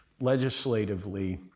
legislatively